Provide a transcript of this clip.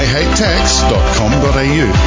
IHateTax.com.au